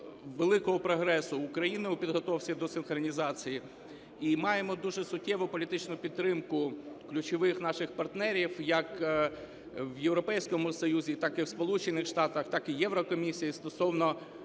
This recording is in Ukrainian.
великого прогресу України у підготовці до синхронізації, і маємо дуже суттєву політичну підтримку ключових наших партнерів, як в Європейському Союзі, так і в Сполучених Штатах, так і Єврокомісії, стосовно